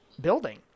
building